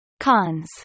Cons